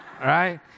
right